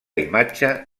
imatge